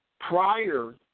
Prior